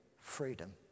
freedom